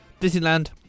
Disneyland